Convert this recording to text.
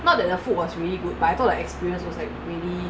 not that the food was really good but I thought like the experience was like really